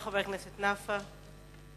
חבר הכנסת סעיד נפאע,